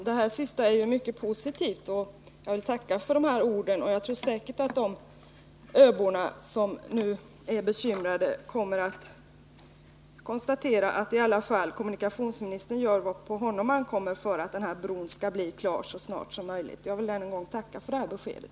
Herr talman! Det är mycket positivt. Jag vill tacka för de orden. Jag tror säkert att de öbor som nu är bekymrade kommer att konstatera att i varje fall kommunikationsministern gör vad på honom ankommer för att bron skall bli klar så snart som möjligt. Jag vill än en gång tacka för det beskedet.